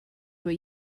were